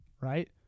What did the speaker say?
right